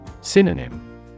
Synonym